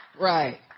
Right